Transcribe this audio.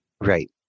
Right